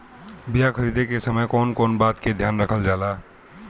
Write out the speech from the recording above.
बीया खरीदे के समय कौन कौन बात के ध्यान रखल जाला?